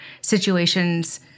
situations